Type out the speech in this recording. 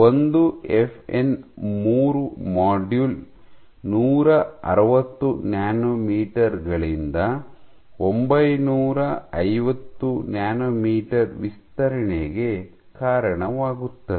ಒಂದು ಎಫ್ಎನ್ ಮೂರು ಮಾಡ್ಯೂಲ್ ನೂರ ಅರವತ್ತು ನ್ಯಾನೊಮೀಟರ್ ಗಳಿಂದ ಒಂಬೈನೂರ ಐವತ್ತು ನ್ಯಾನೊಮೀಟರ್ ವಿಸ್ತರಣೆಗೆ ಕಾರಣವಾಗುತ್ತದೆ